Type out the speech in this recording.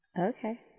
Okay